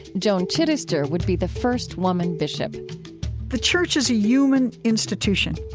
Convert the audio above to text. joan chittister would be the first woman bishop the church is a human institution,